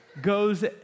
goes